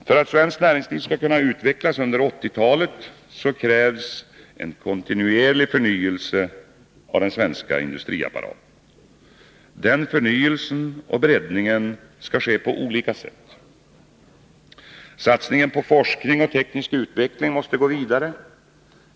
För att svenskt näringsliv skall kunna utvecklas under 1980-talet krävs en kontinuerlig förnyelse av den svenska industriapparaten. Den förnyelsen och breddningen skall ske på olika sätt. Satsningen på forskning och teknisk utveckling måste gå vidare.